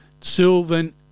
Sylvan